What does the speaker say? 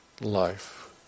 life